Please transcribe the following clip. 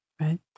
right